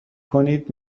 کنید